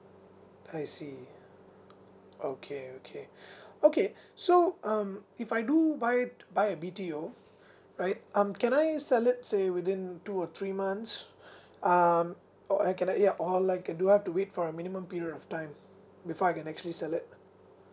I see okay okay okay so um if I do buy buy a B_T_O right um can I sell it say within two or three months um or I can I ya or I can do I have to wait for a minimum period of time before I can actually sell it